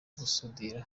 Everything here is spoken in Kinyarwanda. gusudira